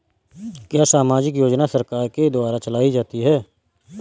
क्या सामाजिक योजना सरकार के द्वारा चलाई जाती है?